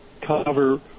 cover